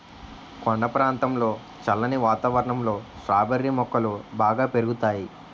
కొండ ప్రాంతంలో చల్లని వాతావరణంలో స్ట్రాబెర్రీ మొక్కలు బాగా పెరుగుతాయి